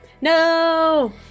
No